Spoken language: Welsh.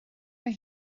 mae